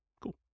Cool